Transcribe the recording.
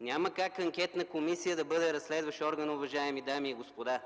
Няма как анкетна комисия да бъде разследващ орган, уважаеми дами и господа!